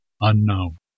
unknown